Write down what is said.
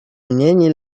menyanyi